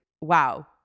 wow